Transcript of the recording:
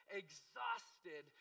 exhausted